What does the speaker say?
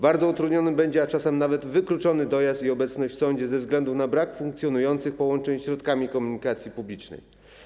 Bardzo utrudnione, a czasem nawet wykluczone, będą dojazd i obecność w sądzie ze względu na brak funkcjonujących połączeń środkami komunikacji publicznej.